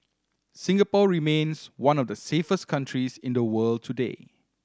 Singapore remains one of the safest countries in the world today